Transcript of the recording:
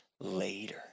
later